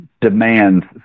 demands